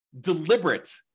deliberate